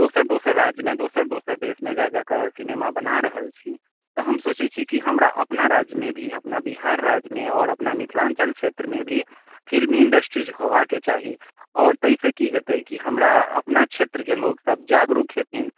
दोसर दोसर राज्यमे दोसर दोसर देशमे जा जाकऽ सिनेमा बना रहल छी तऽ हम सोचैत छी कि हमरा अपना राज्यमे भी अपना बिहार राज्यमे आओर अपना मिथिलाञ्चल छेत्रमे भी फिल्म इन्डस्ट्रीज होयबाक चाही आओर ताहिसँ की हेतै कि हमरा अपना छेत्रके लोक सभ जागरूक हेथिन